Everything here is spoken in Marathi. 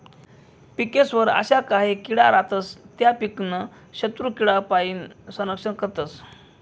पिकेस्वर अशा काही किडा रातस त्या पीकनं शत्रुकीडासपाईन संरक्षण करतस